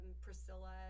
Priscilla